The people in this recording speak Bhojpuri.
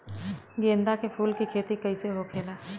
गेंदा के फूल की खेती कैसे होखेला?